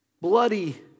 bloody